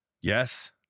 Yes